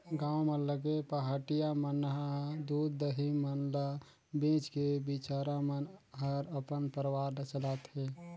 गांव म लगे पहाटिया मन ह दूद, दही मन ल बेच के बिचारा मन हर अपन परवार ल चलाथे